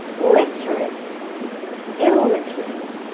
literate illiterate